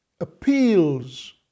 appeals